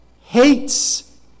hates